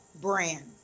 brand